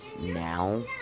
now